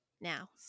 now